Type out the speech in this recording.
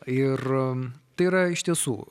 ir tai yra iš tiesų